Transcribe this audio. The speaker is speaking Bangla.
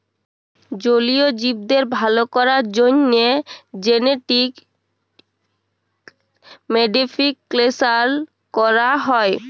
জলীয় জীবদের ভাল ক্যরার জ্যনহে জেলেটিক মডিফিকেশাল ক্যরা হয়